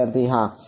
વિદ્યાર્થી હા